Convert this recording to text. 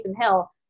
Hill